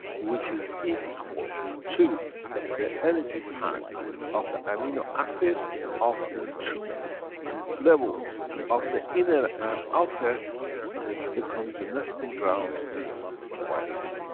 which is equal to the energy pack of the amino acid of the two levels of the inner and outer becomes a nesting ground for the virus.